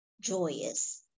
joyous